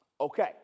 Okay